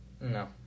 no